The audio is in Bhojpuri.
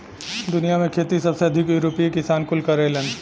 दुनिया में खेती सबसे अधिक यूरोपीय किसान कुल करेलन